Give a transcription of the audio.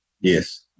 Yes